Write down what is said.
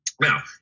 Now